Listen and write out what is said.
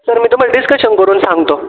sir मी तुम्हाला discussion करून सांगतो